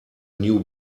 new